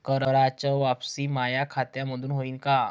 कराच वापसी माया खात्यामंधून होईन का?